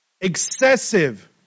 Excessive